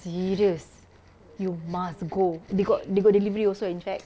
serious you must go they got they got delivery also in fact